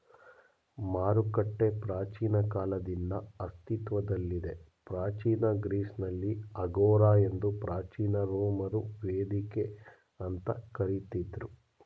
ಮಾರುಕಟ್ಟೆ ಪ್ರಾಚೀನ ಕಾಲದಿಂದ ಅಸ್ತಿತ್ವದಲ್ಲಿದೆ ಪ್ರಾಚೀನ ಗ್ರೀಸ್ನಲ್ಲಿ ಅಗೋರಾ ಎಂದು ಪ್ರಾಚೀನ ರೋಮರು ವೇದಿಕೆ ಅಂತ ಕರಿತಿದ್ರು